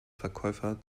verkäufer